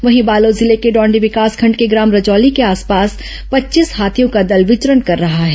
वहीं बालोद जिले के डौंडी विकासखंड के ग्राम रजौली के आसपास पच्चीस हाथियों का दल विचरण कर रहा है